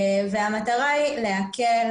המטרה היא להקל,